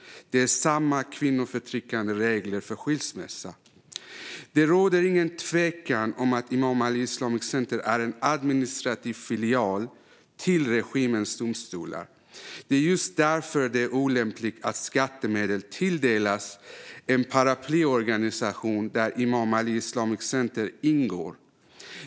Det är samma kvinnoförtryckande regler för skilsmässa. Det råder ingen tvekan om att Imam Ali Islamic Center är en administrativ filial till regimens domstolar. Det är just därför det är olämpligt att skattemedel tilldelas en paraplyorganisation där Imam Ali Islamic Center ingår.